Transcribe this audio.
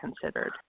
considered